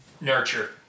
Nurture